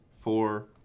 four